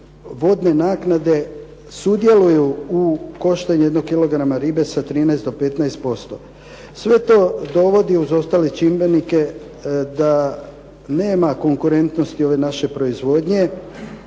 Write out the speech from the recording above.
vodne naknade sudjeluju u koštanju jednog kilograma ribe sa 13 do 15%. Sve to dovodi uz ostale čimbenike da nema konkurentnosti ove naše proizvodnje